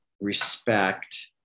respect